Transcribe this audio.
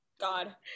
God